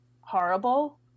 horrible